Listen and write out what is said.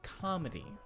comedy